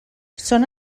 són